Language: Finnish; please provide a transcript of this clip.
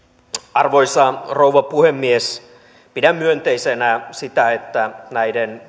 arvoisa rouva puhemies pidän myönteisenä sitä että näiden